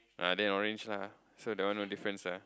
uh then orange lah so that one no different ah